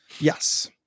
Yes